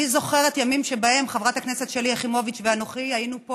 אני זוכרת ימים שבהם חברת הכנסת שלי יחימוביץ ואנוכי היינו פה